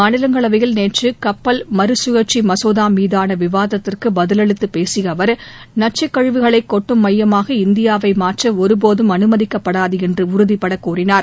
மாநிலங்களவையில் நேற்று கப்பல் மறுகழற்சி மசோதா மீதான விவாதத்திற்கு பதிலளித்துப் பேசிய அவர் நச்சுக் கழிவுகளை கொட்டும் மையமாக இந்தியாவை மாற்ற ஒருபோதும் அனுமதிக்கப்படாது என்று உறுதிபடக் கூறினார்